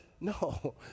No